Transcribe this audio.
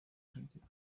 sentido